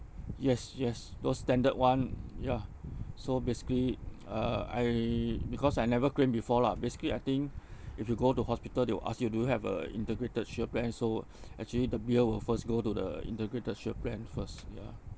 yes yes those standard one ya so basically uh I because I never claim before lah basically I think if you go to hospital they will ask you do you have a integrated shield plan so actually the bill will first go to the integrated shield plan first ya